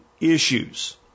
issues